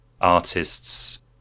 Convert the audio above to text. artists